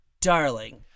darling